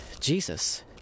Jesus